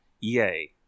Yay